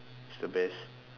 is the best